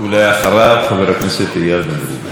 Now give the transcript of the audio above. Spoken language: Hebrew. כבודו, ואחריו, חבר הכנסת איל בן ראובן.